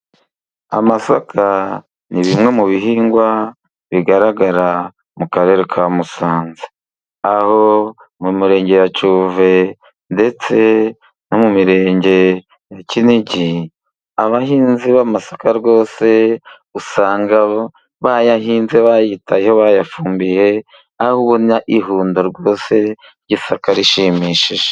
Amasaka ni bimwe mu bihingwa bigaragara mu Karere ka Musanze, aho mu Murenge wa Cyuve, ndetse no mu murenge wa Kinigi, abahinzi b'amasaka rwose usanga bayahinze, bayitayeho, bayafumbiye. Aho ubona ihundo rwose ry'isaka rishimishije.